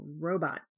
robot